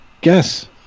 Guess